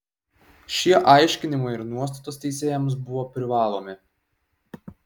šie aiškinimai ir nuostatos teisėjams buvo privalomi